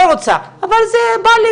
לא רוצה, אבל זה בא לי